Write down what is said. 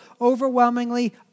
overwhelmingly